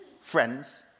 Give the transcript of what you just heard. friends